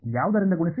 ಯಾವುದರಿಂದ ಗುಣಿಸಿ